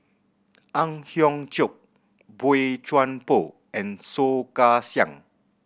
Ang Hiong Chiok Boey Chuan Poh and Soh Kay Siang